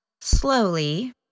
slowly